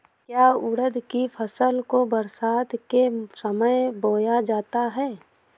क्या उड़द की फसल को बरसात के समय बोया जाता है?